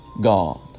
God